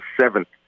seventh